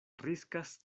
riskas